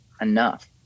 enough